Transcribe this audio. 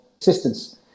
assistance